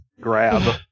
Grab